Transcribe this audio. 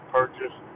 purchase